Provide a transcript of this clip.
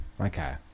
Okay